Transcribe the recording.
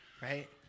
right